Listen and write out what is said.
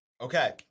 Okay